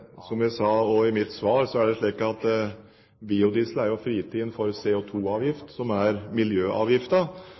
Som jeg sa i mitt svar, er det slik at biodiesel er fritatt for CO2-avgift, som er miljøavgiften. Men som jeg også sa, er